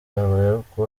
abayoboke